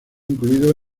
incluido